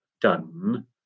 done